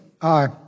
Aye